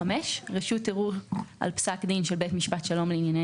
רשות ערעור על פסק דין של בית משפט שלום לענייני